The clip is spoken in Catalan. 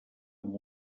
amb